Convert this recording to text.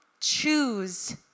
choose